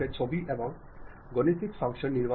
എന്നാൽ ഇവയെല്ലാം ആന്തരിക ആശയവിനിമയമാണ്